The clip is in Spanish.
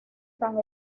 tan